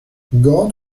god